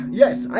yes